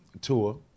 tour